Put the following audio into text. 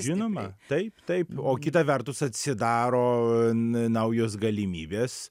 žinoma taip taip o kita vertus atsidaro n naujos galimybės